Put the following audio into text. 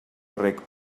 reg